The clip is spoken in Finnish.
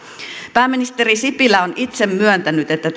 pääministeri sipilä on itse myöntänyt että